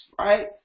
right